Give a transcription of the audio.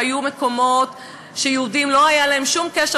והיו מקומות שבהם ליהודים לא היה שום קשר